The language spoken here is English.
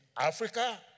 Africa